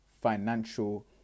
financial